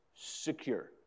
secure